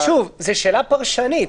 זו שאלה פרשנית.